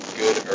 good